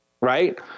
right